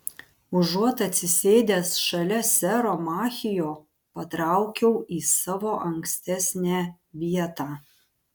užuot atsisėdęs šalia sero machio patraukiau į savo ankstesnę vietą